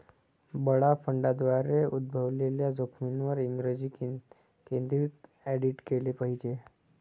बडा फंडांद्वारे उद्भवलेल्या जोखमींवर इंग्रजी केंद्रित ऑडिट केले पाहिजे